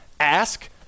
ask